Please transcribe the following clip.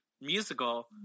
musical